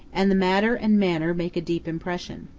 and the matter and manner make a deep impression.